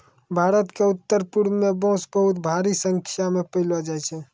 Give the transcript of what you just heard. भारत क उत्तरपूर्व म बांस बहुत भारी संख्या म पयलो जाय छै